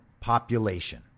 population